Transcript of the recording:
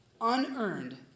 Unearned